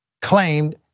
claimed